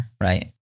right